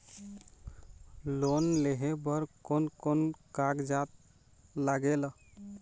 Loan लेहे बर कोन कोन कागजात लागेल?